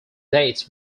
dates